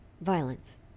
Violence